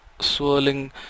swirling